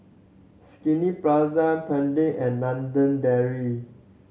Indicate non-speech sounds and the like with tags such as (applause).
Skinny (unintelligible) and London Dairy